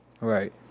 Right